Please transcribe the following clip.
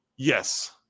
yes